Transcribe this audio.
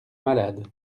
malades